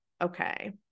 Okay